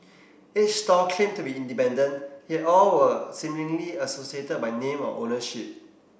each stall claimed to be independent yet all were seemingly associated by name or ownership